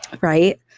right